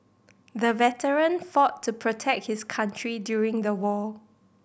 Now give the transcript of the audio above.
the veteran fought to protect his country during the war